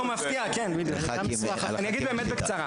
אני אגיד באמת בקצרה.